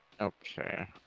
Okay